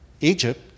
Egypt